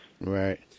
Right